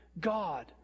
God